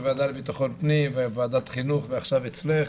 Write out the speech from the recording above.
בוועדה לביטחון פנים וועדת חינוך ועכשיו אצלך.